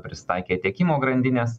prisitaikė tiekimo grandinės